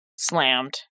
slammed